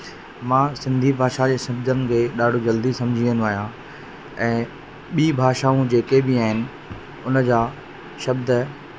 सेवादार ॿ ॾींहं जाम लॻल हूंदा आहिनि ॾाढी भीड़ हूंदी आहे ऐं ॾाढा सुठनि सुठनि त प्रकारनि जा